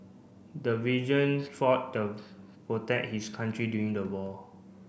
the fought to protect his country during the war